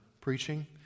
preaching